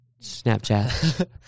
Snapchat